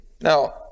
now